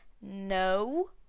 No